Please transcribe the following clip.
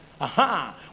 Aha